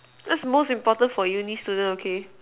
that's most important for uni student okay